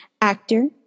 actor